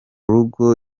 rugo